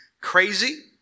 crazy